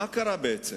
מה קרה בעצם?